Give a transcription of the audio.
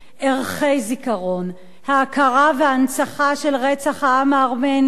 ערכי זיכרון, ההכרה וההנצחה של רצח העם הארמני,